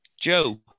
Joe